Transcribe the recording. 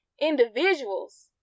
individuals